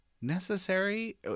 necessary